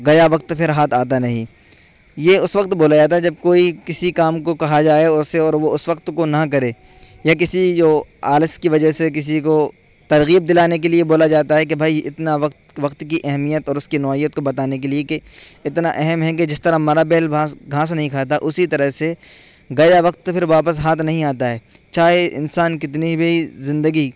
گیا وقت پھر ہاتھ آتا نہیں یہ اس وقت بولا جاتا ہے جب کوئی کسی کام کو کہا جائے اور اسے اور وہ اس وقت کو نہ کرے یا کسی جو آلس کی وجہ سے کسی کو ترغیب دلانے کے لیے بولا جاتا ہے کہ بھائی اتنا وقت وقت کی اہمیت اور اس کی نوعیت کو بتانے کے لیے کہ اتنا اہم ہیں کہ جس طرح مرا بیل گھاس نہیں کھاتا اسی طرح سے گیا وقت پھر واپس ہاتھ نہیں آتا ہے چاہے انسان کتنی بھی زندگی